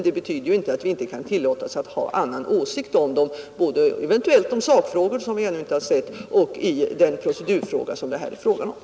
Det betyder inte att vi inte kan tillåta oss att ha andra åsikter än utredningen både i sakfrågor, där vi ännu inte tagit del av utredningens uppfattning, och i den procedurfråga som det här gäller.